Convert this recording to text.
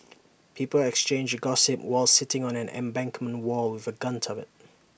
people exchanged gossip while sitting on an embankment wall with A gun turret